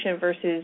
versus